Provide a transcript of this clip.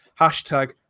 hashtag